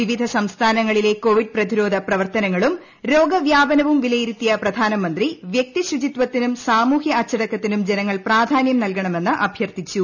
വിവിധ സംസ്ഥാനങ്ങളിലെ കോവിഡ് പ്രതിരോധ പ്രവർത്തനങ്ങളും രോഗവ്യാപനവും വിലയിരുത്തിയ പ്രധാനമന്ത്രി വൃക്തിശുചിത്വത്തിനും സാമൂഹ്യ അച്ചടക്കത്തിനും ജനങ്ങൾ പ്രാധാന്യം നൽകണമെന്ന് അഭ്യൂർത്ഥിച്ചു